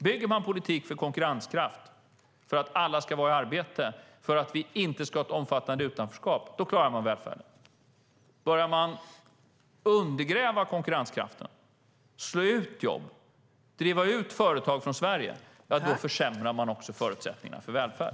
Bygger man politik för konkurrenskraft, för att alla ska vara i arbete och för att man inte ska ha ett omfattande utanförskap, då klarar man välfärden. Börjar man undergräva konkurrenskraften, slå ut jobb och driva ut företag från Sverige försämrar man också förutsättningarna för välfärd.